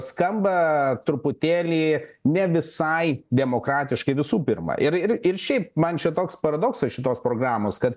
skamba truputėlį nevisai demokratiškai visų pirma ir ir ir šiaip man čia toks paradoksas šitos programos kad